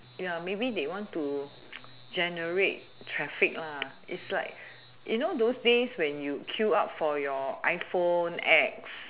ya maybe they want to generate traffic ah it's like you know those days where they want to queue up for your iphone apps